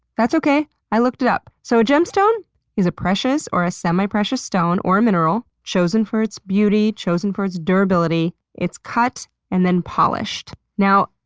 that's okay, i looked it up. so, a gemstone is a precious or semiprecious stone or minerals chosen for its beauty, for its durability. it's cut and then polished. now,